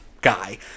guy